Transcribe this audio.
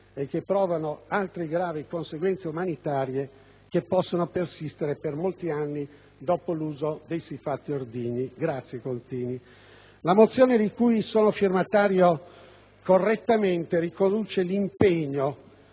e provocano altri gravi conseguenze umanitarie che possono persistere per molti anni dopo l'uso di siffatti ordigni. Grazie, senatrice Contini. La mozione di cui sono firmatario correttamente riconduce l'impegno